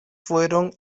fueron